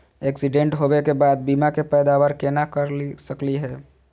Accident होवे के बाद बीमा के पैदावार केना कर सकली हे?